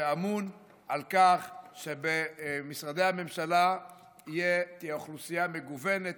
שאמון על כך שבמשרדי הממשלה תהיה אוכלוסייה מגוונת,